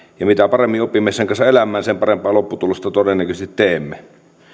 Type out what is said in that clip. ja mitä paremmin opimme sen kanssa elämään sen parempaa lopputulosta todennäköisesti teemme